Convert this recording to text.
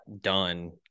done